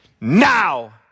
now